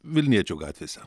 vilniečių gatvėse